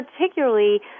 particularly